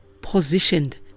positioned